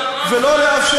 אבל היא לא נועדה,